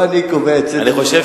לא אני קובע את סדר-היום.